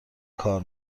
کار